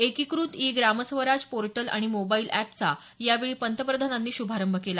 एकीक़त e Gram Swaraj portal आणि mobile एपचा यावेळी पंतप्रधानांनी श्भारंभ केला